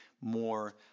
more